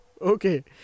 okay